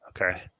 Okay